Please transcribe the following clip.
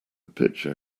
pitcher